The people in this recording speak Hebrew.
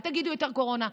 אל תגידו יותר קורונה,